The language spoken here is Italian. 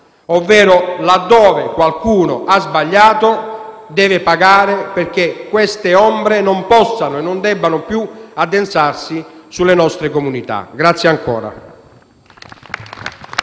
là dove qualcuno ha sbagliato, deve pagare, perché queste ombre non possano e non debbano più addensarsi sulle nostre comunità *(Applausi